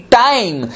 time